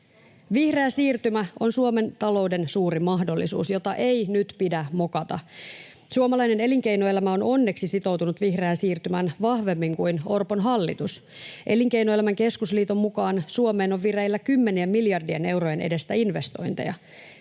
Vihreä siirtymä on Suomen talouden suuri mahdollisuus, jota ei nyt pidä mokata. Suomalainen elinkeinoelämä on onneksi sitoutunut vihreään siirtymään vahvemmin kuin Orpon hallitus. Elinkeinoelämän keskusliiton mukaan Suomeen on vireillä kymmenien miljardien eurojen edestä investointeja.